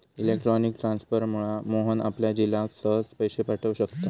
electronic ट्रांसफरमुळा मोहन आपल्या झिलाक सहज पैशे पाठव शकता